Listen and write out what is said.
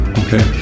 okay